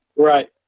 Right